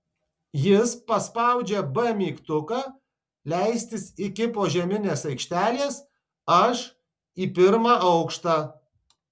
jis paspaudžia b mygtuką leistis iki požeminės aikštelės aš į pirmą aukštą